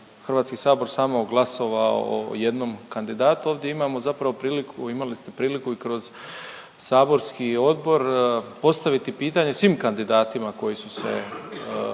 Hrvatski sabor samo glasovao o jednom kandidatu, ovdje imamo zapravo priliku, imali ste priliku i kroz saborski odbor postaviti pitanje svim kandidatima koji su se